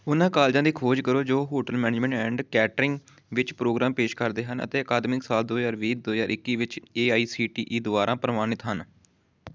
ਉਹਨਾਂ ਕਾਲਜਾਂ ਦੀ ਖੋਜ ਕਰੋ ਜੋ ਹੋਟਲ ਮੈਨੇਜਮੈਂਟ ਐਂਡ ਕੈਟਰਿੰਗ ਵਿੱਚ ਪ੍ਰੋਗਰਾਮ ਪੇਸ਼ ਕਰਦੇ ਹਨ ਅਤੇ ਅਕਾਦਮਿਕ ਸਾਲ ਦੋ ਹਜ਼ਾਰ ਵੀਹ ਦੋ ਹਜ਼ਾਰ ਇੱਕੀ ਵਿੱਚ A I C T E ਦੁਆਰਾ ਪ੍ਰਵਾਨਿਤ ਹਨ